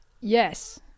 Yes